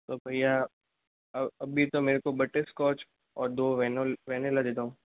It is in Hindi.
तो भय्या अभी तो मेरे को बटरस्कोच और दो वेनोल वेनेला दे दो